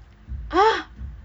!huh!